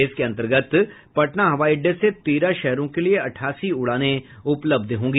इसके अंतर्गत पटना हवाई अड्डे से तेरह शहरों के लिए अठासी उड़ाने उपलब्ध होंगी